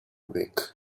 week